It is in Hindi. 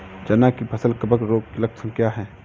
चना की फसल कवक रोग के लक्षण क्या है?